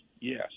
yes